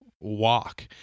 walk